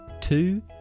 Two